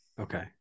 Okay